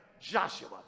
Joshua